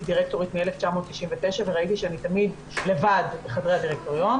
דירקטורית מ-1999 וראיתי שאני תמיד לבד בחדרי הדירקטוריון,